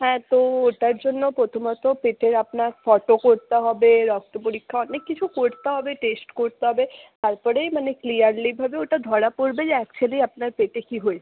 হ্যাঁ তো ওটার জন্য প্রথমত পেটের আপনার ফটো করতে হবে রক্তপরীক্ষা অনেক কিছু করতে হবে টেস্ট করতে হবে তারপরে মানে ক্লিয়ারলিভাবে ওটা ধরা পড়বে যে অ্যাকচুয়ালি আপনার পেটে কী হয়েছে